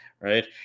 right